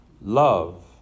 Love